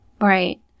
Right